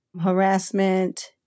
Harassment